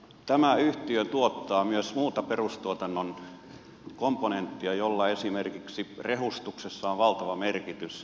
tämä yhtiö tuottaa myös muuta perustuotannon komponenttia jolla esimerkiksi rehustuksessa on valtava merkitys